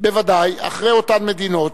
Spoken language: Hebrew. בוודאי אחרי אותן מדינות,